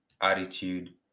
attitude